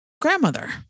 grandmother